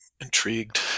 intrigued